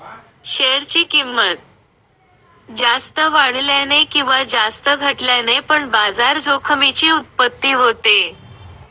share ची किंमत जास्त वाढल्याने किंवा जास्त घटल्याने पण बाजार जोखमीची उत्पत्ती होते